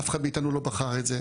אף אחד מאתנו לא בחר את זה,